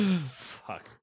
Fuck